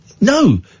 No